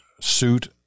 suit